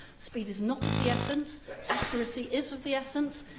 speed is not of the essence accuracy is of the essence.